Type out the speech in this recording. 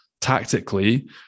tactically